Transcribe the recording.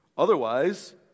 Otherwise